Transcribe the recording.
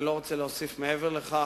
אני לא רוצה להוסיף מעבר לכך.